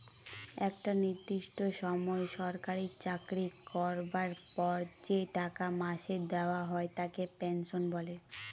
একটা নির্দিষ্ট সময় সরকারি চাকরি করবার পর যে টাকা মাসে দেওয়া হয় তাকে পেনশন বলে